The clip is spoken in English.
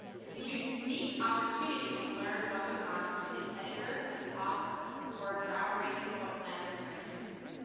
it's a you know unique opportunity to learn what goes on between an editor and author before a groundbreaking book lands in your hands.